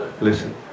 listen